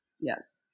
Yes